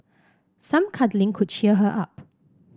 some cuddling could cheer her up